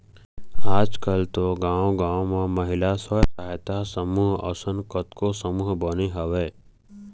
आजकल तो गाँव गाँव म महिला स्व सहायता समूह असन कतको समूह बने हवय